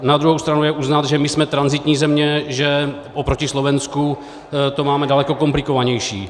Na druhou stranu je třeba uznat, že jsme tranzitní země, že oproti Slovensku to máme daleko komplikovanější.